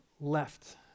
left